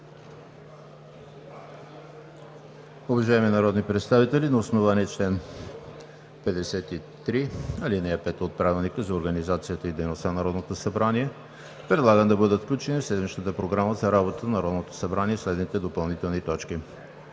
Уважаеми народни представители, на основание чл. 53, ал. 5 от Правилника за организацията и дейността на Народното събрание предлагам да бъдат включени в седмичната Програма за работата на Народното събрание следните допълнителни точки: